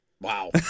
Wow